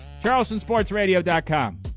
CharlestonSportsRadio.com